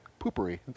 Poopery